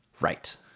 Right